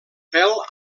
pèl